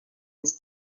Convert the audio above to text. his